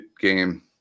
game